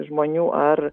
žmonių ar